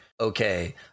okay